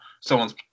someone's